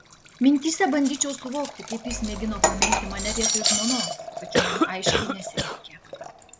mintyse bandyčiau suvokti kaip jis mėgino pamilti mane vietoj žmonos tačiau jam aiškiai nesisekė